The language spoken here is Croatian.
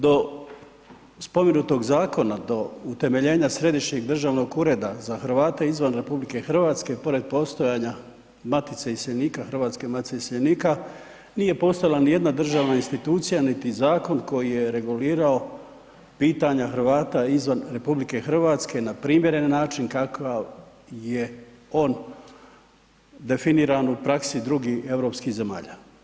Do spomenutog zakona, do utemeljenja Središnjeg državnog ureda za Hrvate izvan RH pored postojanja Matice iseljenika Hrvatske, Matice iseljenika nije postojala ni jedna državna institucija, niti zakon koji je regulirao pitanja Hrvata izvan RH na primjeren način kakav je on definiran u praksi drugih europskih zemalja.